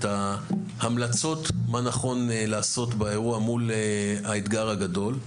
ההמלצות מה נכון לעשות באירוע מול האתגר הגדול,